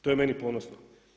To je meni ponosno.